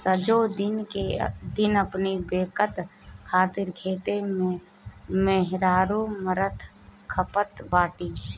सजो दिन अपनी बेकत खातिर खेते में मेहरारू मरत खपत बाड़ी